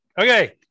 Okay